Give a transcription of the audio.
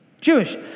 Jewish